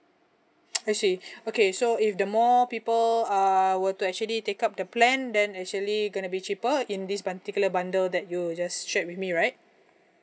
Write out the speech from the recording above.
I see okay so if the more people uh were to actually take up the plan then actually gonna be cheaper in this particular bundle that you just shared with me right